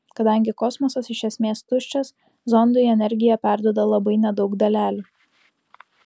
kadangi kosmosas iš esmės tuščias zondui energiją perduoda labai nedaug dalelių